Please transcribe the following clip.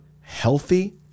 healthy